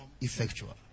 effectual